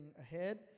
ahead